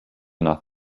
nach